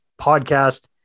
podcast